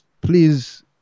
Please